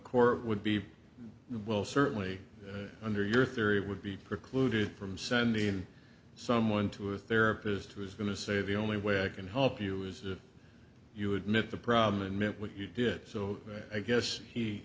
court would be and will certainly under your theory would be precluded from sending someone to a therapist who is going to say the only way i can help you is if you admit the problem and meant what you did so i guess he